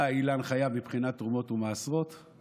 האילן חייב מבחינת תרומות ומעשרות,